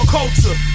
culture